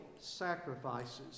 sacrifices